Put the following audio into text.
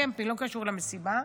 קמפינג, לא קשור למסיבה.